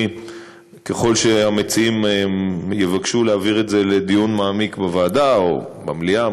ככל שהמציעים יבקשו להעביר את זה לדיון מעמיק בוועדה או במליאה,